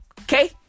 Okay